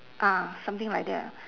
ah something like that ah